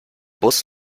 bus